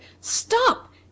Stop